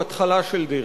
הוא התחלה של דרך.